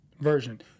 version